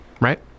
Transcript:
right